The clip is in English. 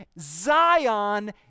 Zion